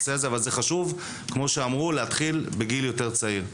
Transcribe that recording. חשוב, כמו שאמרו, להתחיל בגיל יותר צעיר.